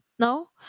no